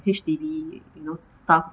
H_D_B you know stuff